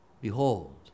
Behold